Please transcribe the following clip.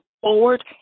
forward